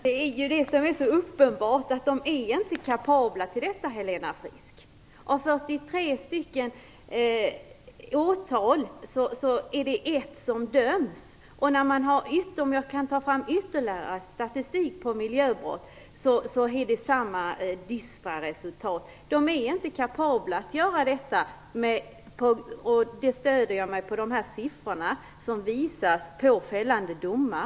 Herr talman! Det är det som är så uppenbart, Helena Frisk, att de inte är kapabla till detta. Av 43 stycken åtalade är det en som dömts. Jag kan ta fram ytterligare statistik på miljöbrott. Det är samma dystra resultat. De är inte kapabla att göra detta. Den uppfattningen stöder jag på de siffror som visar fällande domar.